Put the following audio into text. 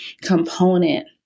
component